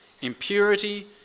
Impurity